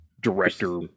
director